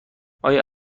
آیا